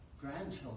grandchildren